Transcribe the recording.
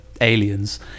aliens